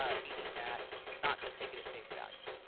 ah meaning that not just take it at face value,